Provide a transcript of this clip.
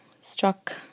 struck